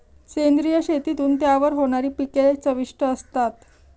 सेंद्रिय शेतीतून तयार होणारी पिके चविष्ट असतात